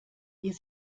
ihr